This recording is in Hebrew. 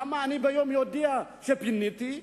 ביום אני אודיע שפיניתי,